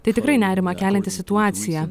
tai tikrai nerimą kelianti situacija